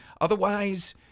Otherwise